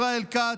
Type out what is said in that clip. ישראל כץ,